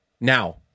now